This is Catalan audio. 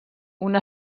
una